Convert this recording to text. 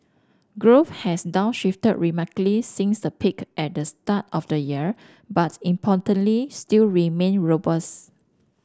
growth has downshifted markedly since the peak at the start of the year but importantly still remains robust